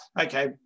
okay